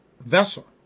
vessel